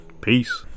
peace